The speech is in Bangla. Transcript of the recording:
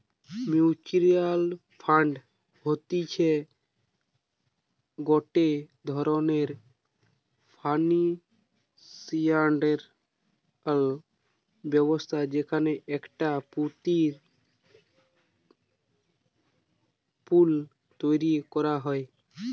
মিউচুয়াল ফান্ড হতিছে গটে ধরণের ফিনান্সিয়াল ব্যবস্থা যেখানে একটা পুঁজির পুল তৈরী করা হয়